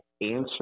answer